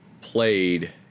played